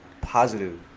positive